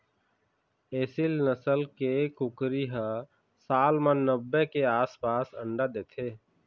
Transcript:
एसील नसल के कुकरी ह साल म नब्बे के आसपास अंडा देथे